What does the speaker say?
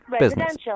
Residential